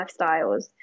lifestyles